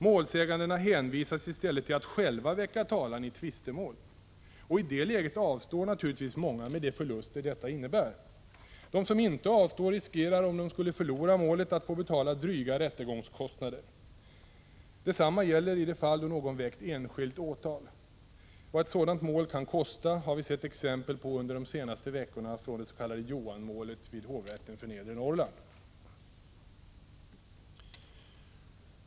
Målsägandena hänvisas i stället till att själva väcka talan i tvistemål. Och i det läget avstår naturligtvis många med de förluster detta innebär. De som inte avstår riskerar, om de skulle förlora målet, att få betala dryga rättegångskostnader. Detsamma gäller i det fall då någon väckt enskilt åtal. Vad ett sådant mål kan kosta har vi sett exempel på under de senaste veckorna från det s.k. Johan-målet vid hovrätten för Nedre Norrland.